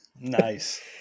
Nice